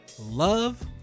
love